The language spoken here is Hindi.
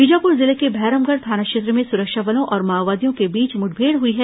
बीजापुर जिले के भैरमगढ़ थाना क्षेत्र में सुरक्षा बलों और माओवादियों के बीच मुठभेड़ हुई है